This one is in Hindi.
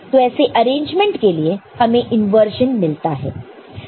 तो ऐसे अरेंजमेंट के लिए हमें इंवर्जन मिलता है